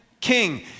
king